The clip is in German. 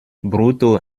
brutto